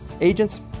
Agents